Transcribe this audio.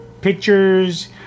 pictures